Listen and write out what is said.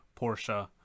porsche